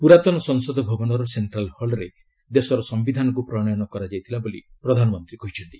ପୁରାତନ ସଂସଦ ଭବନର ସେକ୍ଷ୍ରାଲ ହଲ୍ରେ ଦେଶର ସମ୍ପିଧାନକୁ ପ୍ରଣୟନ କରାଯାଇଥିଲା ବୋଲି ପ୍ରଧାନମନ୍ତ୍ରୀ କହିଛନ୍ତି